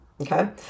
okay